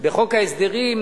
בחוק ההסדרים,